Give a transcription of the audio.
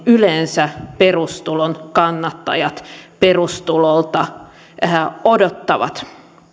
yleensä perustulon kannattajat perustulolta odottavat